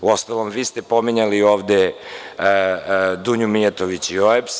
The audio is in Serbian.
Uostalom, vi ste pominjali ovde Dunju Mijatović i OEBS.